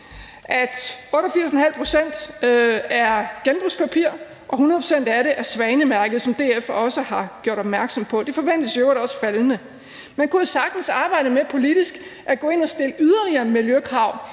88,5 pct. er genbrugspapir, og 100 pct. af det er Svanemærket, som DF også har gjort opmærksom på. Det forventes i øvrigt også faldende. Man kunne jo sagtens arbejde med politisk at gå ind og stille yderligere miljøkrav